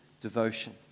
devotion